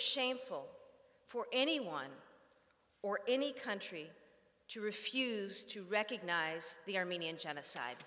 shameful for anyone or any country to refuse to recognize the armenian genocide